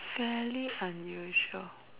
fairly unusual